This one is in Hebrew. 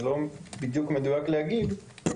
זה לא מדויק להגיד את זה,